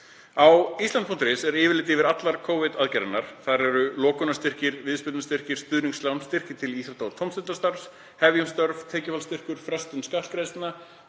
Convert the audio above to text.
Á island.is er yfirlit yfir allar Covid-aðgerðirnar. Þar eru lokunarstyrkir, viðspyrnustyrkir, stuðningslán, styrkir til íþrótta- og tómstundastarfs, Hefjum störf, tekjufallsstyrkir, frestun skattgreiðslna,